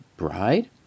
bride